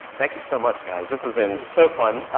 thank you so much guys. this has been so fun, ah,